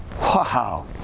wow